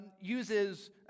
uses